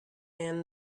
and